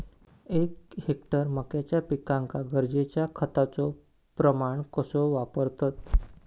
एक हेक्टर मक्याच्या पिकांका गरजेच्या खतांचो प्रमाण कसो वापरतत?